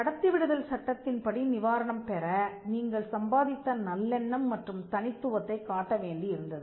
கடத்தி விடுதல் சட்டத்தின்படி நிவாரணம் பெற நீங்கள் சம்பாதித்த நல்லெண்ணம் மற்றும் தனித்துவத்தைக் காட்ட வேண்டி இருந்தது